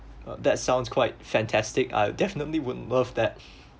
uh that sounds quite fantastic I definitely would love that